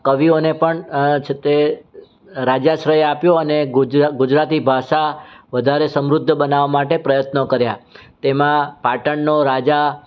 કવિઓને પણ છે તે રાજ્યા શ્રય આપ્યો અને ગુજરાતી ભાષા વધારે સમૃદ્ધ બનાવવા માટે પ્રયત્નો કર્યા તેમાં પાટણનો રાજા